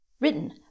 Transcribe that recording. Written